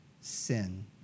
Sin